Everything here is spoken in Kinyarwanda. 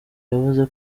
yavuze